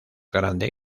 grande